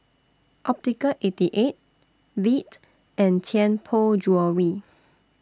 Optical eighty eight Veet and Tianpo Jewellery